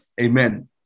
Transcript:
Amen